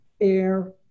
air